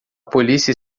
polícia